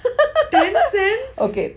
okay